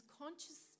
conscious